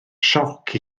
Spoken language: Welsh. sioc